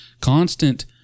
constant